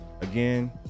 again